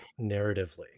narratively